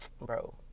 bro